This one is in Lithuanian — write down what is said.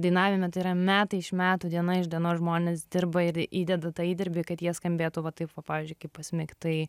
dainavime tai yra metai iš metų diena iš dienos žmonės dirba ir įdeda tą įdirbį kad jie skambėtų va taip va pavyzdžiui kaip asmik tai